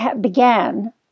began